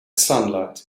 sunlight